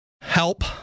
help